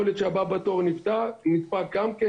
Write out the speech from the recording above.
יכול להיות שהבא בתור נדבק גם כן,